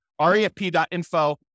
refp.info